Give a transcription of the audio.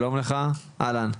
שלום לך, אהלן.